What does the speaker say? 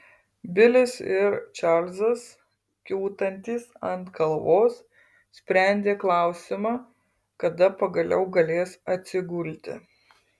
bilis ir čarlzas kiūtantys ant kalvos sprendė klausimą kada pagaliau galės atsigulti